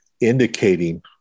indicating